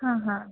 ಹಾಂ ಹಾಂ